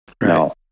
No